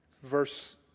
Verse